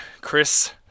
Chris